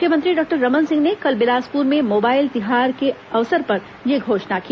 मुख्यमंत्री डॉक्टर रमन सिंह ने कल बिलासपुर में मोबाइल तिहार के अवसर पर यह घोषणा की